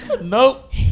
Nope